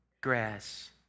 grass